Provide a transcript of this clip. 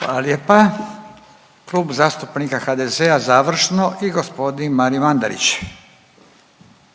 Hvala lijepa. Klub zastupnika HDZ-a završno i gospodin Marin Mandarić.